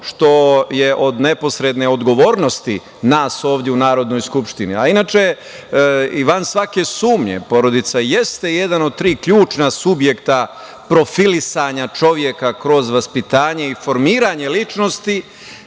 što je od neposredne odgovornosti nas ovde u Narodnoj skupštini. Inače, van svake sumnje porodica jeste jedna od tri ključna subjekta profilisanja čoveka kroz vaspitanje i formiranje ličnosti